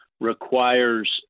requires